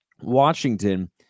Washington